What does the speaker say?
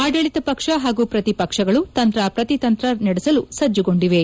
ಆಡಳಿತ ಪಕ್ಷ ಹಾಗೂ ಪ್ರತಿ ಪಕ್ಷಗಳು ತಂತ ಪ್ರತಿತಂತ ನಡೆಸಲು ಸಜ್ನುಗೊಂಡಿವೆ